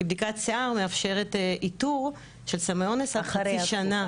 כי בדיקת שיער מאפשרת איתור של סמי אונס עד חצי שנה.